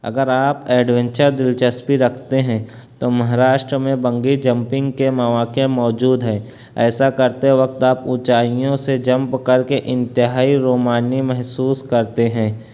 اگر آپ ایڈوینچر دلچسپی رکھتے ہیں تو مہراشٹر میں بنگی جمپنگ کے مواقع موجود ہیں ایسا کرتے وقت آپ اونچائیوں سے جمپ کر کے انتہائی رومانی محسوس کرتے ہیں